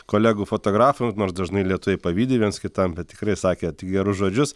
kolegų fotografų nors dažnai lietuviai pavydi viens kitam bet tikrai sakė tik gerus žodžius